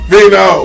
Vino